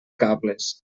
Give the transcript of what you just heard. cables